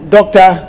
Doctor